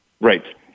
Right